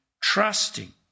trusting